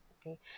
okay